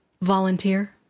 volunteer